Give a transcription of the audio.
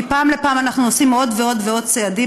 מפעם לפעם אנחנו עושים עוד ועוד ועוד צעדים